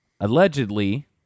allegedly